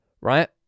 Right